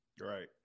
Right